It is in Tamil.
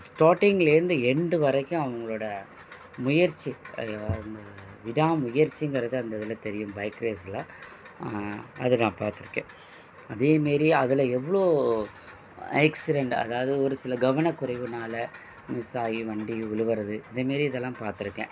ஸ்டார்டிங்லேந்து எண்டு வரைக்கும் அவங்களோட முயற்சி அது அந்த விடாமுயற்சிங்கறது அந்த இதில் தெரியும் பைக் ரேஸில் அது நான் பார்த்துருக்கேன் அதே மாரி அதில் எவ்வளோ ஆக்சிரெண்ட் அதாவது ஒரு சில கவனக் குறைவினால மிஸ்ஸாகி வண்டி விழுவறது இந்த மாரி இதெல்லாம் பார்த்துருக்கேன்